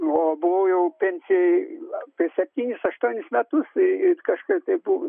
o buvau jau pensijoj apie septynis aštuonis metus ir kažkaip tai buvau